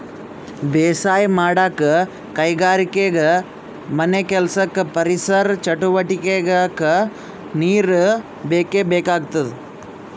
ಬೇಸಾಯ್ ಮಾಡಕ್ಕ್ ಕೈಗಾರಿಕೆಗಾ ಮನೆಕೆಲ್ಸಕ್ಕ ಪರಿಸರ್ ಚಟುವಟಿಗೆಕ್ಕಾ ನೀರ್ ಬೇಕೇ ಬೇಕಾಗ್ತದ